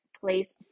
place